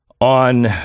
on